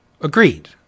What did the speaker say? Agreed